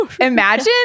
imagine